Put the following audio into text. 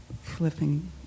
flipping